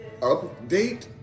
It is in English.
update